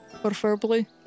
preferably